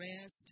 rest